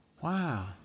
wow